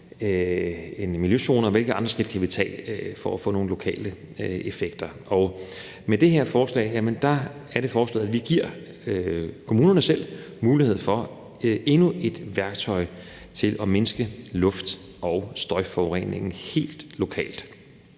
end miljøzoner vi kan tage for at få nogle lokale effekter. Med det her lovforslag bliver det foreslået, at vi giver kommunerne selv en mulighed for endnu et værktøj til at mindske luft- og støjforureningen helt lokalt,